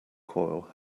coil